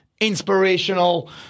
inspirational